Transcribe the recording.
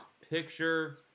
picture